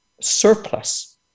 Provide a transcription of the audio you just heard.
surplus